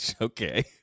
Okay